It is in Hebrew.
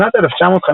בשנת 1954